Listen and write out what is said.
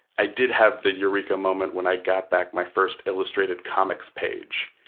i did have the eureka moment when i got back my first illustrated comics page,